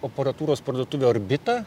aparatūros parduotuvė orbita